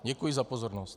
Děkuji za pozornost.